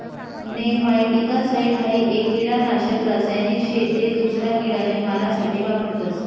nematicide हाई एक किडानाशक रासायनिक शे ते दूसरा किडाले मारा साठे वापरतस